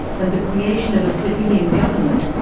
and the creation of a civilian government,